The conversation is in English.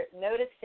noticing